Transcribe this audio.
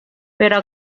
però